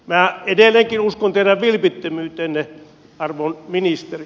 minä edelleenkin uskon teidän vilpittömyyteenne arvon ministeri